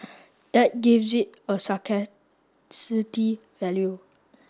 that gives it a value